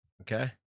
Okay